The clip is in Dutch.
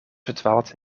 verdwaalt